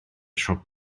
siop